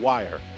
Wire